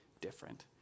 different